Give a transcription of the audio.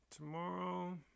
Tomorrow